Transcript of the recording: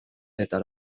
eta